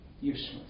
useless